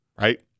Right